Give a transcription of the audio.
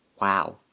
Wow